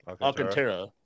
Alcantara